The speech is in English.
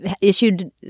Issued